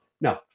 no